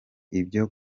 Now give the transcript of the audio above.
ibyo